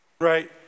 Right